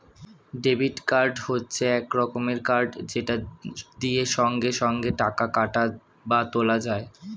debit card হচ্ছে এক রকমের কার্ড যেটা দিয়ে সঙ্গে সঙ্গে টাকা কাটা বা তোলা যায়